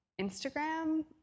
Instagram